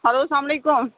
hello السلام علیکُم